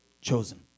Chosen